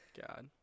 god